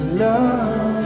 love